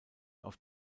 auf